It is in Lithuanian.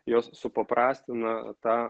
jos supaprastina tą